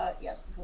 yes